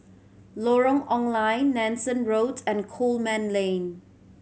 Lorong Ong Lye Nanson Road and Coleman Lane